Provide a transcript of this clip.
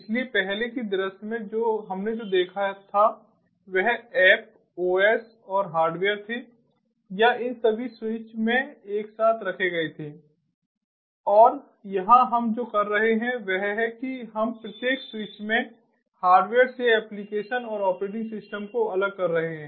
इसलिए पहले के दृश्य में हमने जो देखा था वह ऐप OS और हार्डवेयर थे या इन सभी स्विचों में एक साथ रखे गए थे और यहाँ हम जो कर रहे हैं वह है कि हम प्रत्येक स्विच में हार्डवेयर से एप्लिकेशन और ऑपरेटिंग सिस्टम को अलग कर रहे हैं